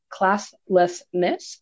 classlessness